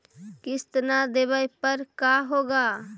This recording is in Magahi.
किस्त न देबे पर का होगा?